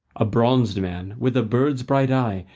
a bronzed man, with a bird's bright eye,